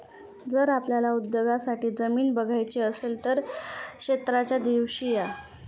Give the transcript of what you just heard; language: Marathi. जर आपल्याला उद्योगासाठी जमीन बघायची असेल तर क्षेत्राच्या दिवशी या